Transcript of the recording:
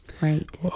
Right